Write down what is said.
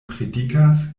predikas